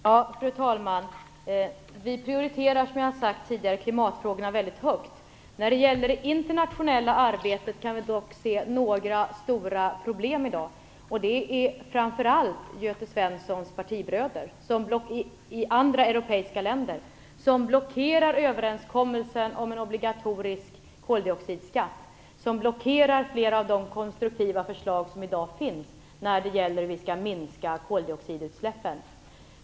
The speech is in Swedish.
Fru talman! Vi prioriterar, som jag har sagt tidigare, klimatfrågorna väldigt högt. När det gäller det internationella arbetet kan vi dock i dag se några stora problem. Det är framför allt fråga om att Göte Jonssons partibröder i andra europeiska länder blockerar överenskommelsen om en obligatorisk koldioxidskatt och flera av de konstruktiva förslag som i dag finns i fråga om hur vi skall minska koldioxidutsläppen.